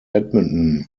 edmonton